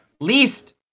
Least